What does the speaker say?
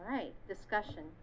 right discussion